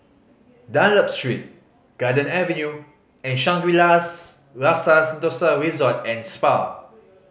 Dunlop Street Garden Avenue and Shangri La's Rasa Sentosa Resort and Spa